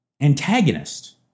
antagonist